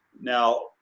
Now